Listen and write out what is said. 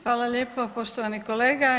Hvala lijepo poštovani kolega.